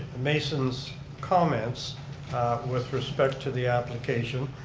mason's comments with respect to the application,